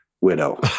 widow